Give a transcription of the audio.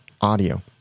audio